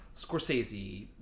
Scorsese